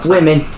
Women